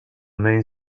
main